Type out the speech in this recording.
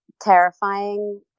terrifying